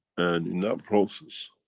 and in that process,